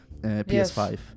PS5